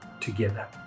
together